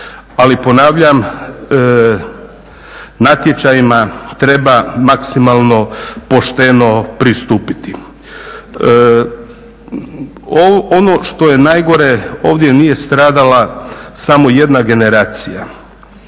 Ali ponavljam, natječajima treba maksimalno pošteno pristupiti. Ono što je najgore ovdje nije stradala samo jedna generacija.